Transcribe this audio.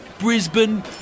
Brisbane